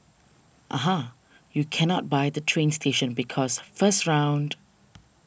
aha you cannot buy the train station because first round